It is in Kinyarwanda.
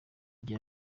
gihe